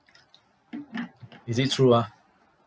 is it true ah